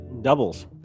Doubles